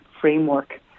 Framework